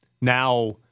Now